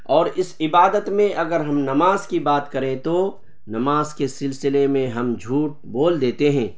اور اس عبادت میں اگر ہم نماز کی بات کریں تو نماز کے سلسلے میں ہم جھوٹ بول دیتے ہیں